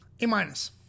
A-minus